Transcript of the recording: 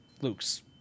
Luke's